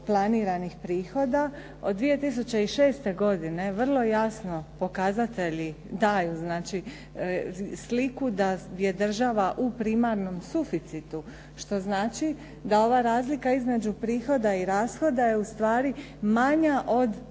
Od 2006. godine vrlo jasno pokazatelji daju, znači sliku da je država u primarnom suficitu, što znači da ova razlika između prihoda i rashoda je ustvari manja od